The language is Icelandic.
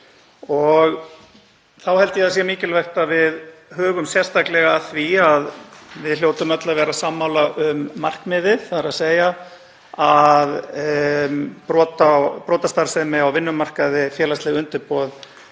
Þá held ég að það sé mikilvægt að við hugum sérstaklega að því að við hljótum öll að vera sammála um markmiðið, þ.e. að brot og brotastarfsemi á vinnumarkaði, félagsleg undirboð,